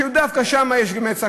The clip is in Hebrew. שדווקא אצלו יש באמת סכנות,